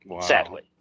Sadly